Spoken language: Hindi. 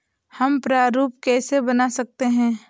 हम प्रारूप कैसे बना सकते हैं?